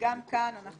וגם כאן אנחנו